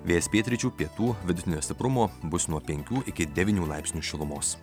vėjas pietryčių pietų vidutinio stiprumo bus nuo penkių iki devynių laipsnių šilumos